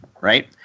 Right